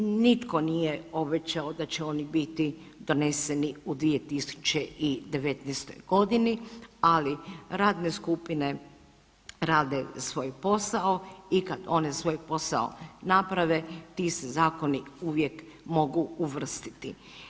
Nitko nije obećao da će oni biti doneseni u 2019. g., ali radne skupine rade svoj posao i kad one svoj posao naprave, ti se zakoni uvijek mogu uvrstiti.